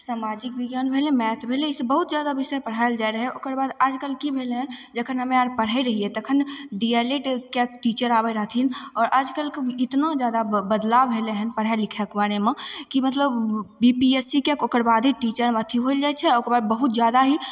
सामाजिक विज्ञान भेलै मैथ भेलै ईसब बहुत जादा विषय पढ़ाएल जाइ रहै ओकर बाद आजकल कि भेलै हँ जखन हमे आओर पढ़ै रहिए तखन डी एल एड कै के टीचर आबै रहथिन आओर आजकलके एतना जादा बदलाव भेलै हँ पढ़ै लिखैके बारेमे कि मतलब बी पी एस सी कै के ओकर बादे टीचरमे अथी होल जाइ छै ओकर बाद बहुत जादा ही